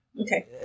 Okay